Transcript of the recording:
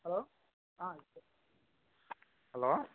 hello hello